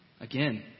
Again